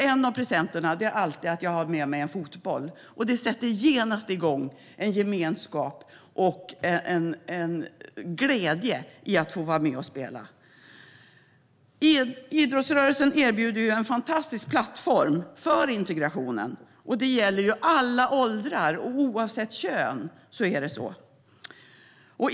En av presenterna är alltid en fotboll, och det sätter genast igång en gemenskap och glädje över att spela. Idrottsrörelsen erbjuder en fantastisk plattform för integration. Det gäller alla åldrar - oavsett kön är det så.